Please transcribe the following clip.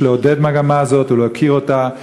יש לעודד מגמה זאת ולהוקיר אותה,